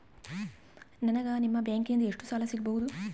ನನಗ ನಿಮ್ಮ ಬ್ಯಾಂಕಿನಿಂದ ಎಷ್ಟು ಸಾಲ ಸಿಗಬಹುದು?